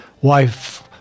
wife